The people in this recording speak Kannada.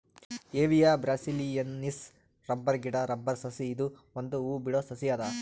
ಹೆವಿಯಾ ಬ್ರಾಸಿಲಿಯೆನ್ಸಿಸ್ ರಬ್ಬರ್ ಗಿಡಾ ರಬ್ಬರ್ ಸಸಿ ಇದು ಒಂದ್ ಹೂ ಬಿಡೋ ಸಸಿ ಅದ